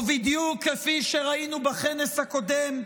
ובדיוק כפי שראינו בכנס הקודם,